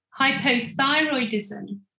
hypothyroidism